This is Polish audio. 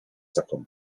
taką